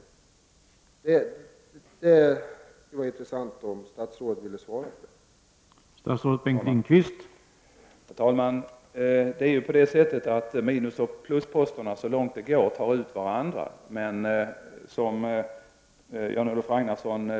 Det skulle vara intressant om statsrådet ville svara på denna fråga.